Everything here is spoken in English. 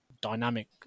dynamic